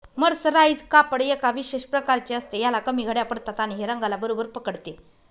mercerise कापड एका विशेष प्रकारचे असते, ह्याला कमी घड्या पडतात आणि हे रंगाला बरोबर पकडते